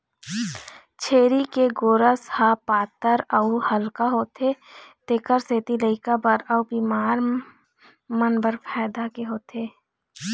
छेरी के गोरस ह पातर अउ हल्का होथे तेखर सेती लइका बर अउ बिमार मन बर फायदा के होथे